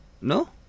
no